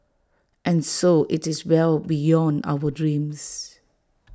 and so IT is well beyond our dreams